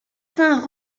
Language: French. cinq